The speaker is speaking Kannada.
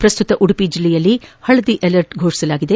ಪ್ರಸ್ತುತ ಉಡುಪಿ ಜಿಲ್ಲೆಯಲ್ಲಿ ಹಳದಿ ಆಲರ್ಟ್ ಫೋಷಿಸಲಾಗಿದೆ